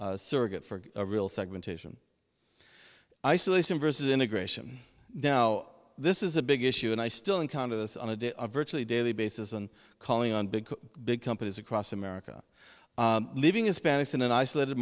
for surrogate for a real segmentation isolation versus integration now this is a big issue and i still encounter this on a day are virtually daily basis and calling on big big companies across america living in spanish in an isolated